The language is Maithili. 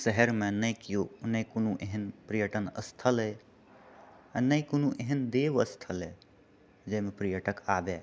शहरमे नहि केओ नहि कोनो एहन पर्यटन स्थल अहि आ नहि कोनो एहन देवस्थल अहि जहिमे पर्यटक आबए